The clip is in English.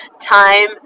time